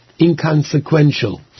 inconsequential